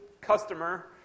customer